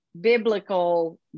biblical